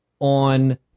on